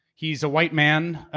he's a white man,